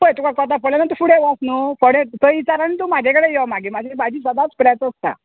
पय तुका कोंताक पो़डटा जाल्यार तूं फुडें वोच न्हू फुडें थंय विचार आनी तूं म्हाजे कडेन यो मागीर म्हाजी भाजी सदांच फ्रेश आसता